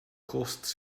costs